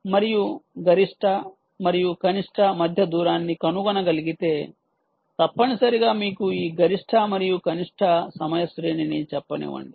మరియు గరిష్ట మరియు కనిష్ట మధ్య దూరాన్ని కనుగొనగలిగితే తప్పనిసరిగా మీకు ఈ గరిష్ట మరియు కనిష్ట సమయ శ్రేణిని చెప్పనివ్వండి